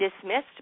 dismissed